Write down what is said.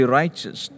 righteous